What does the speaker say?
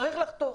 צריך לחתוך.